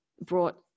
brought